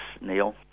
Neil